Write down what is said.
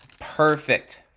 perfect